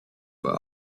but